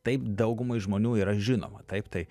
taip daugumai žmonių yra žinoma taip tai